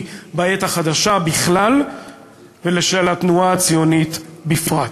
בעת החדשה בכלל ושל התנועה הציונית בפרט.